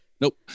Nope